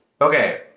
Okay